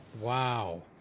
Wow